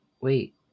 Wait